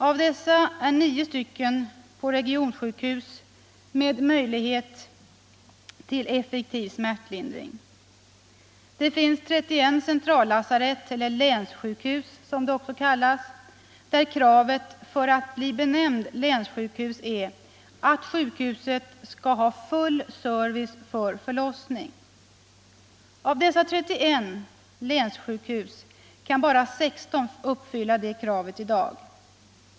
Av dessa finns 9 på regionsjukhus med möjligheter att ge effektiv smärtlindring. Det finns 31 centrallasarett, eller länssjukhus som det också kallas, där kravet för att få benämnas länssjukhus är att sjukhuset skall ha full service för förlossning. Av dessa 31 länssjukhus kan bara. 16 uppfylla det kravet i dag.